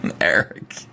Eric